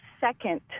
second